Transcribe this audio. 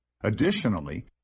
Additionally